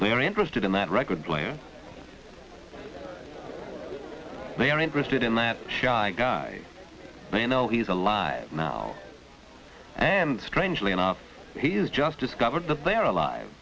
they are interested in that record player they are interested in that shy guy they know he's alive now and strangely enough he's just discovered that they're alive